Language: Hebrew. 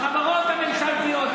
בחברות הממשלתיות,